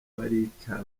baricara